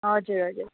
हजुर हजुर